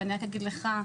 ואני רק אגיד לך,